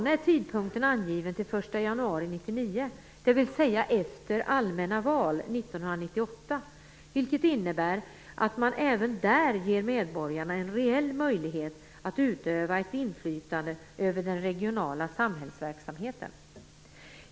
1999, dvs. efter allmänna val 1998, vilket innebär att man även där ger medborgarna en reell möjlighet att utöva ett inflytande över den regionala samhällsverksamheten.